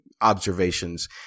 observations